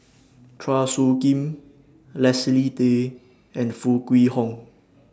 Chua Soo Khim Leslie Tay and Foo Kwee Horng